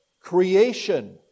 creation